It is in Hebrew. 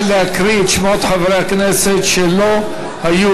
נא להקריא את שמות חברי הכנסת שלא היו